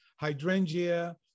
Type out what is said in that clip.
hydrangea